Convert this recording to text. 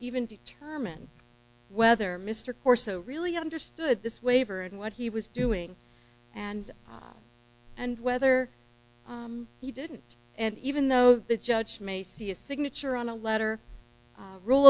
even determine whether mr corso really understood this waiver and what he was doing and and whether he didn't and even though the judge may see a signature on a letter